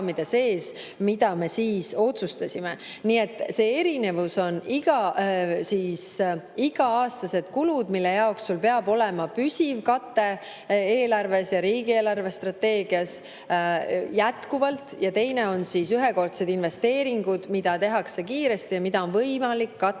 raamide sees, mida me siis otsustasime. Nii et see erinevus on see: iga-aastased kulud, mille jaoks sul peab olema püsiv kate eelarves ja riigi eelarvestrateegias, jätkuvalt, ja teine on ühekordsed investeeringud, mida tehakse kiiresti ja mida on võimalik katta